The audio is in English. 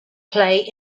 play